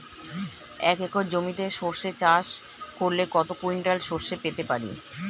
এক একর জমিতে সর্ষে চাষ করলে কত কুইন্টাল সরষে পেতে পারি?